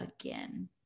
again